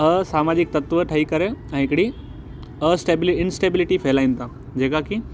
असामाजिक तत्व ठही करे ऐं हिकिड़ी अस्टेबिलिटी इनस्टेबिलिटी फ़ैलाइन ता जेका की